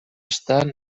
estan